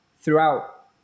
throughout